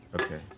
Okay